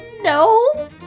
No